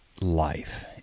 life